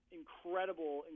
incredible